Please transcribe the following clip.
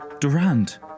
Durand